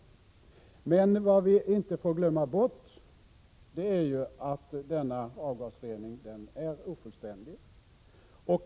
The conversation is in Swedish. Vi får emellertid inte glömma bort att denna avgasrening är ofullständig.